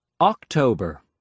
October